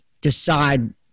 decide